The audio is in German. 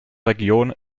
region